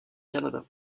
canada